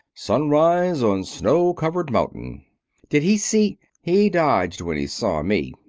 sunrise on snow-covered mountain did he see he dodged when he saw me.